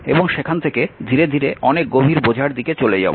এবং সেখান থেকে ধীরে ধীরে অনেক গভীর বোঝার দিকে চলে যাব